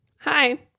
hi